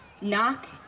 Knock